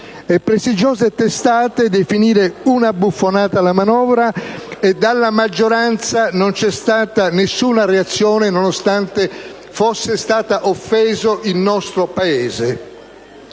prestigiose testate definire «una buffonata» la manovra, mentre da parte della maggioranza non c'è stata nessuna reazione, nonostante fosse stato offeso il nostro Paese.